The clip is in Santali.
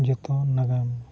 ᱡᱚᱛᱚ ᱱᱟᱜᱟᱢ